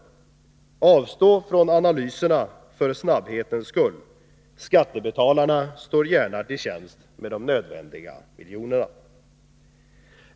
Innebörden är: Avstå från analyserna för snabbhetens skull — skattebetalarna står gärna till tjänst med de nödvändiga miljonerna!